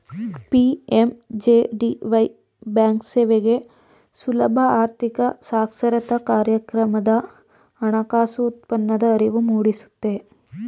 PMJDY ಬ್ಯಾಂಕ್ಸೇವೆಗೆ ಸುಲಭ ಆರ್ಥಿಕ ಸಾಕ್ಷರತಾ ಕಾರ್ಯಕ್ರಮದ ಹಣಕಾಸು ಉತ್ಪನ್ನದ ಅರಿವು ಮೂಡಿಸುತ್ತೆ